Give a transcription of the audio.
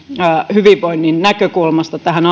hyvinvoinnin näkökulmasta tähän